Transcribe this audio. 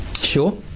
Sure